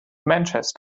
manchester